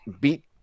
beat